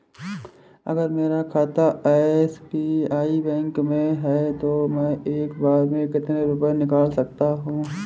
अगर मेरा खाता एस.बी.आई बैंक में है तो मैं एक बार में कितने रुपए निकाल सकता हूँ?